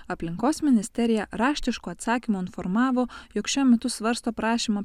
aplinkos ministerija raštišku atsakymu informavo jog šiuo metu svarsto prašymą